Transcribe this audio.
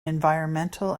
environmental